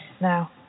now